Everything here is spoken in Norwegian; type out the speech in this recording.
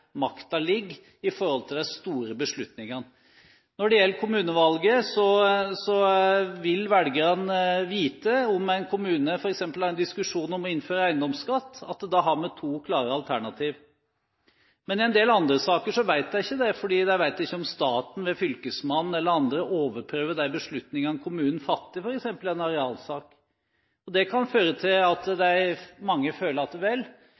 ligger når det gjelder de store beslutningene. Når det gjelder kommunevalget, vil velgerne når en kommune f.eks. har en diskusjon om å innføre eiendomsskatt, vite at da har en to klare alternativer. Men i en del andre saker vet de ikke det, for de vet ikke om staten, ved fylkesmannen eller andre, overprøver de beslutningene kommunen fatter, f.eks. i en arealsak. Det kan føre til at mange føler at her er det